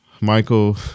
Michael